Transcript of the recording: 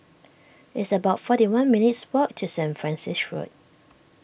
it's about forty one minutes' walk to Saint Francis Road